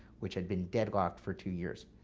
which had been deadlocked for two years.